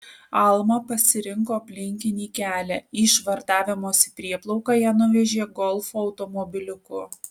alma pasirinko aplinkinį kelią į švartavimosi prieplauką ją nuvežė golfo automobiliuku